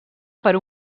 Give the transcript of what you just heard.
per